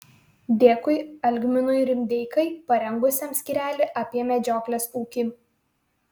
dėkui algminui rimdeikai parengusiam skyrelį apie medžioklės ūkį